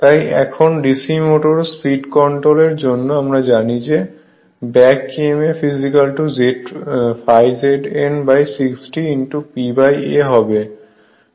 তাই এখন DC motor speed control এর জন্য আমরা জানি যে back Emf ∅ Z n 60 P A হবে